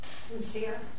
Sincere